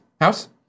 house